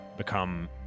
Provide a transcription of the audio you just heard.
Become